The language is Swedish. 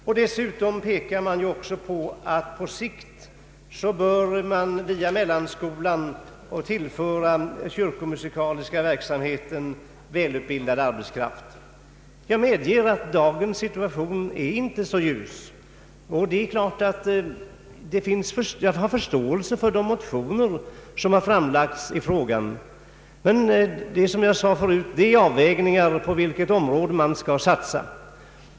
På längre sikt bör också, enligt utskottet, den föreslagna nya musikutbildningen inom mellanskolan kunna tillföra den kyrkomusikaliska verksamheten välutbildad arbetskraft. Jag medger att dagens situation inte är så ljus, och jag har förståelse för de motioner som framlagts i frågan. Det är dock, som jag redan sagt, fråga om avvägningar på vilket område man skall satsa.